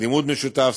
לימוד משותף,